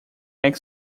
egg